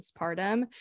postpartum